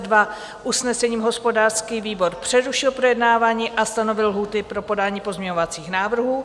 Dne 9. 6. 2022 usnesením hospodářský výbor přerušil projednávání a stanovil lhůty pro podání pozměňovacích návrhů.